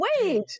wait